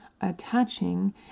attaching